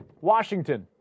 Washington